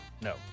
no